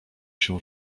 się